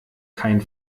kein